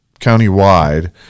countywide